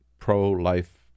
pro-life